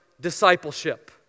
discipleship